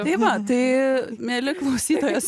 tai va tai mieli klausytojai